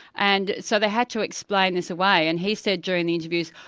and so they had to explain this away, and he said during the interviews,